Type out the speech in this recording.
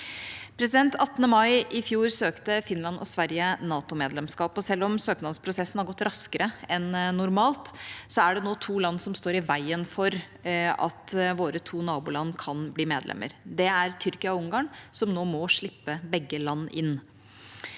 Den 18. mai i fjor søkte Finland og Sverige NATOmedlemskap, og selv om søknadsprosessen har gått raskere enn normalt, er det nå to land som står i veien for at våre to naboland kan bli medlemmer. Det er Tyrkia og Ungarn, som nå må slippe begge land inn.